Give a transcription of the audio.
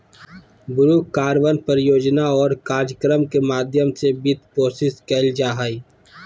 blue carbon परियोजना और कार्यक्रम के माध्यम से वित्तपोषित कइल जा हइ